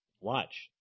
Watch